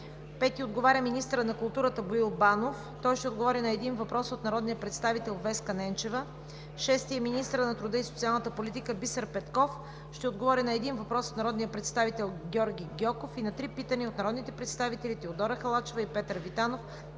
Янков. 5. Министърът на културата Боил Банов ще отговори на един въпрос от народния представител Веска Ненчева. 6. Министърът на труда и социалната политика Бисер Петков ще отговори на един въпрос от народния представител Георги Гьоков и на три питания от народните представители Теодора Халачева и Петър Витанов,